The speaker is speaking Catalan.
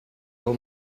heu